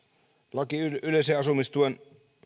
laki yleisen asumistuen